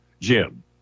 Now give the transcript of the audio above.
Jim